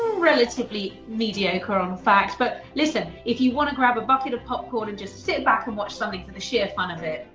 relatively mediocre of um fact, but listen. if you want to grab a bucket of popcorn and just sit back and watch something for the sheer fun of it,